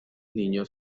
niños